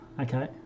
okay